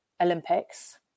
Olympics